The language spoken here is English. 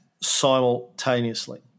simultaneously